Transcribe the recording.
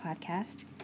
podcast